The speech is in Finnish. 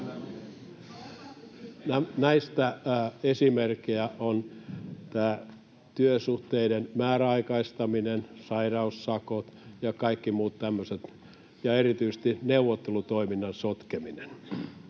Näistä esimerkkejä ovat työsuhteiden määräaikaistaminen, sairaussakot ja kaikki muut tämmöiset ja erityisesti neuvottelutoiminnan sotkeminen